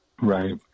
Right